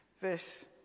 Verse